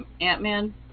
Ant-Man